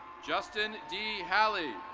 justin d. haley,